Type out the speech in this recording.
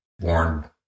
warned